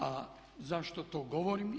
A zašto to govorim?